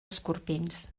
escorpins